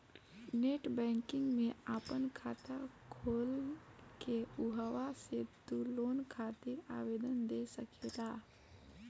net banking में आपन खाता खोल के उहवा से तू लोन खातिर आवेदन दे सकेला